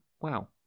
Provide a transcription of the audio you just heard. Wow